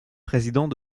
président